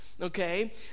okay